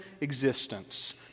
existence—